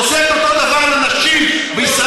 עושה את אותו דבר לנשים ב-2018.